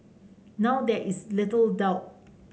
now there is little doubt